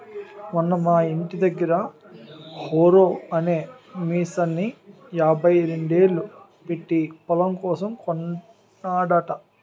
మొన్న మా యింటి దగ్గర హారో అనే మిసన్ని యాభైరెండేలు పెట్టీ పొలం కోసం కొన్నాడట